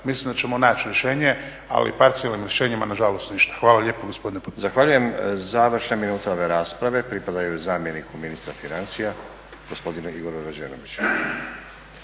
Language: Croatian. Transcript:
mislim da ćemo naći rješenje, ali parcijalnim rješenjima nažalost ništa. Hvala lijepa gospodine potpredsjedniče. **Stazić, Nenad (SDP)** Zahvaljujem. Završne minute ove rasprave pripadaju zamjeniku ministra financija gospodinu Igoru Rađenoviću.